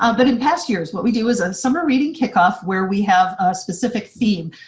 um but in past years what we do is a summer reading kickoff where we have ah specific theme.